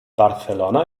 barcelona